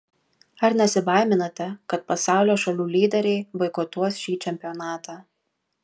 ar nesibaiminate kad pasaulio šalių lyderiai boikotuos šį čempionatą